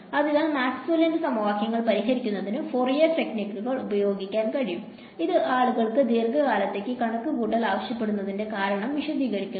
അതിനാൽ മാക്സ്വെല്ലിന്റെ സമവാക്യങ്ങൾ പരിഹരിക്കുന്നതിന് ഫോറിയർ ടെക്നിക്കുകൾ പ്രയോഗിക്കാൻ കഴിയും ഇത് ആളുകൾക്ക് ദീർഘകാലത്തേക്ക് കണക്കുകൂട്ടൽ ആവശ്യപ്പെടാത്തതിന്റെ കാരണം വിശദീകരിക്കുന്നു